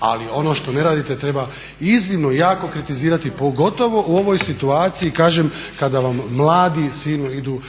ali ono što ne radite treba iznimno jako kritizirati pogotovo u ovoj situaciji kažem kada vam mladi silno idu,